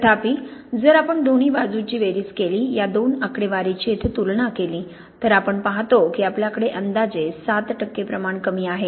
तथापि जर आपण दोन्ही बाजूची बेरीज केली या दोन आकडेवारीची येथे तुलना केली तर आपण पाहतो की आपल्याकडे अंदाजे 7 टक्के प्रमाण कमी आहे